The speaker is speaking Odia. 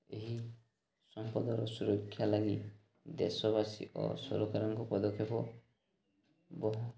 ଏହି ସମ୍ପଦର ସୁରକ୍ଷା ଲାଗି ଦେଶବାସୀ ଓ ସରକାରଙ୍କ ପଦକ୍ଷେପ ବହୁତ